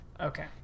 Okay